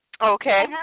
Okay